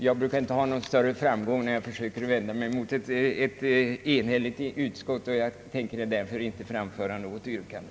Jag brukar inte ha någon större framgång gentemot ett enhälligt utskott och jag tänker därför inte framställa något yrkande.